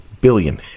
billion